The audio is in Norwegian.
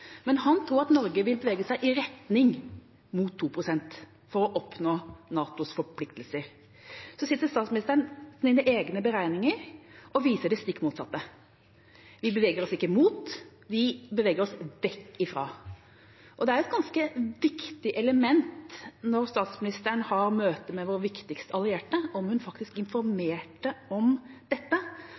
Norge vil bevege seg i retning mot 2 pst. for å oppfylle NATOs forpliktelser, sitter statsministeren med sine egne beregninger som viser det stikk motsatte. Vi beveger oss ikke mot, men vekk fra målet. Det er et ganske viktig element om statsministeren, da hun hadde møte med vår viktigste allierte, faktisk informerte om dette.